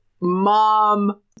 mom